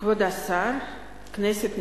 כבוד השר, כנסת נכבדה,